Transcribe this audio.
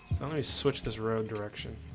somebody switch this road direction